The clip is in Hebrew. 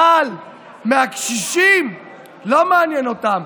אבל מהקשישים לא מעניין אותם.